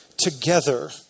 together